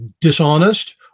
dishonest